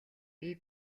бие